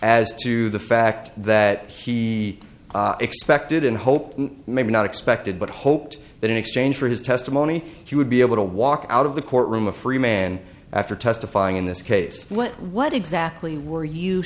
as to the fact that he expected and hoped maybe not expected but hoped that in exchange for his testimony he would be able to walk out of the courtroom a free man after testifying in this case what exactly were you